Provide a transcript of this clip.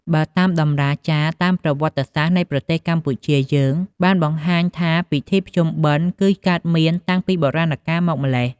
បើតាមតម្រាចារតាមប្រវត្តិសាស្ត្រនៃប្រទេសកម្ពុជាយើង បានបង្ហាញថាពិធីបុណ្យភ្ជុំបិណ្ឌ គឺកើតមានតាំងពីបុរាណកាលមកម្ល៉េះ។